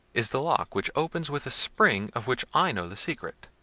is the lock, which opens with a spring, of which i know the secret.